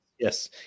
Yes